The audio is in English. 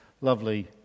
lovely